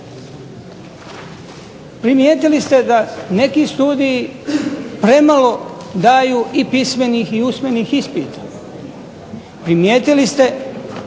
Primijetili ste da neki studiji premalo daju i pismenih i usmenih ispita. Primijetili ste